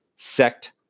sect